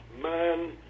man